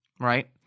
right